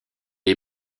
est